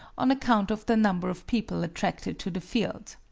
on account of the number of people attracted to the field.